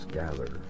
gather